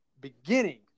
beginning